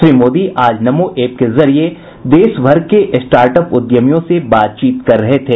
श्री मोदी आज नमो एप के जरिये देश भर के स्टार्ट अप उद्यमियों से बातचीत कर रहे थे